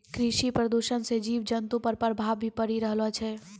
कृषि प्रदूषण से जीव जन्तु पर प्रभाव भी पड़ी रहलो छै